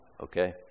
okay